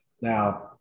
Now